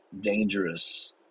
dangerous